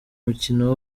mukino